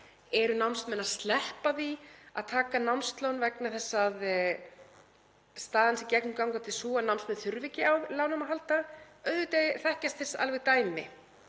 eru námsmenn að sleppa því að taka námslán vegna þess að staðan sé gegnumgangandi sú að námsmenn þurfi ekki á lánum að halda? Auðvitað þekkjast þess alveg dæmi.